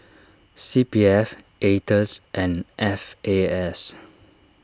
C P F Aetos and F A S